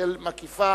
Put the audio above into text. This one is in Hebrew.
שמקיפה